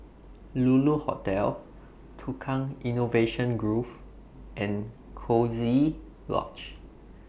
Lulu Hotel Tukang Innovation Grove and Coziee Lodge